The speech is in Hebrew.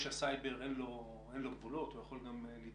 לפשע סייבר אין גבולות והוא יכול להתבצע